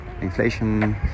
inflation